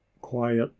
quiet